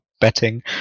betting